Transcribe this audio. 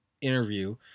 interview